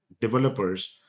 developers